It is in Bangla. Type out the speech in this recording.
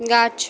গাছ